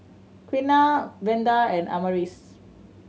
Quiana Vander and Amaris